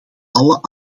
alle